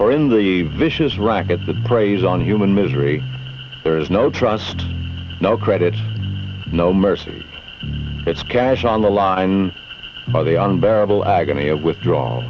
or in the vicious racket that preys on human misery there is no trust no credit no mercy it's cash on the line by the unbearable agony of withdraw